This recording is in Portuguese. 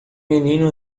menino